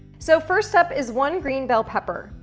so, first up is one green bell pepper.